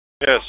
yes